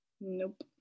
Nope